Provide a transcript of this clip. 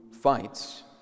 fights